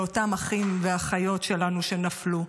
לאותם אחים ואחיות שלנו שנפלו.